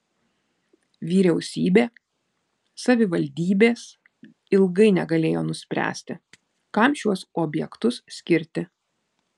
vyriausybė savivaldybės ilgai negalėjo nuspręsti kam šiuos objektus skirti